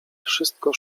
wszystko